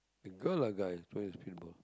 the girl or guy plays pinball